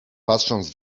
patrząc